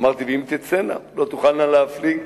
אמרתי, ואם תצאנה, לא תוכלנה להפליג.